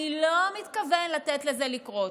אני לא מתכוון לתת לזה לקרות.